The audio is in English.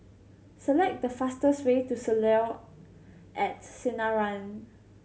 select the fastest way to Soleil at Sinaran